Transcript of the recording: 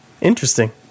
Interesting